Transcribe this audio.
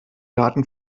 daten